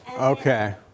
okay